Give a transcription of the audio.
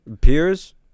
Peers